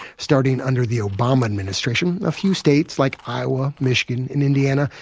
starting under the obama administration, a few states, like iowa, michigan and indiana,